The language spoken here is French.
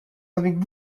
avec